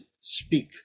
speak